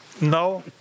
No